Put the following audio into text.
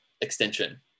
extension